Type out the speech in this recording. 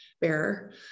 bearer